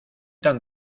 tan